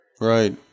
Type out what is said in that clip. Right